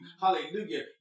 hallelujah